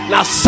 Now